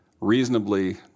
reasonably